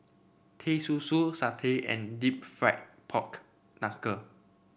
Teh Susu Satay and deep fried Pork Knuckle